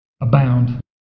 Abound